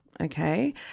Okay